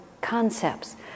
concepts